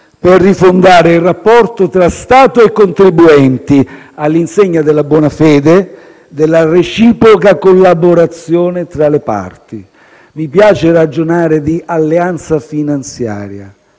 per rifondare il rapporto tra Stato e contribuenti all'insegna della buona fede, della reciproca collaborazione tra le parti. Mi piace ragionare di «alleanza finanziaria»,